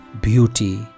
beauty